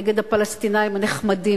נגד הפלסטינים הנחמדים,